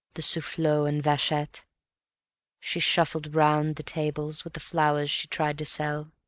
the sufflot and vachette she shuffled round the tables with the flowers she tried to sell,